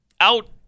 out